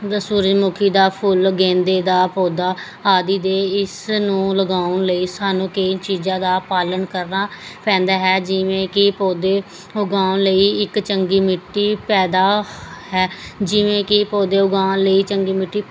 ਜਿੱਦਾਂ ਸੂਰਜਮੁਖੀ ਦਾ ਫੁੱਲ ਗੇਂਦੇ ਦਾ ਪੌਦਾ ਆਦਿ ਦੇ ਇਸਨੂੰ ਲਗਾਉਣ ਲਈ ਸਾਨੂੰ ਕਈ ਚੀਜ਼ਾਂ ਦਾ ਪਾਲਣ ਕਰਨਾ ਪੈਂਦਾ ਹੈ ਜਿਵੇਂ ਕਿ ਪੌਦੇ ਉਗਾਉਣ ਲਈ ਇੱਕ ਚੰਗੀ ਮਿੱਟੀ ਪੈਦਾ ਹੈ ਜਿਵੇਂ ਕਿ ਪੌਦੇ ਉਗਾਉਣ ਲਈ ਚੰਗੀ ਮਿੱਟੀ